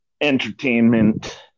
entertainment